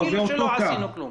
אז כאילו שלא עשינו כלום.